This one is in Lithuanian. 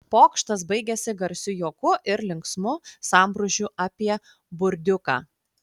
pokštas baigėsi garsiu juoku ir linksmu sambrūzdžiu apie burdiuką